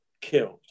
killed